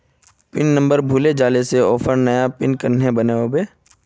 Pin number भूले जाले से ऑफर नया पिन कन्हे बनो होबे?